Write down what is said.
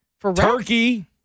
Turkey